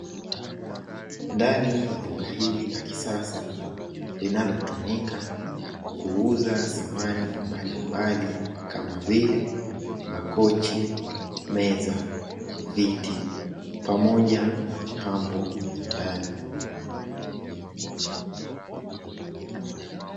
Ndani ya duka hili la kisasa linalotumika kuuza samani mbalimbali kama vile makochi, meza, viti pamoja na mapambo ya ndani.